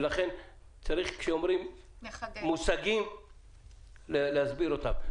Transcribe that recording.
ולכן צריך כשאומרים מושגים להסביר אותם.